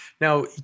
Now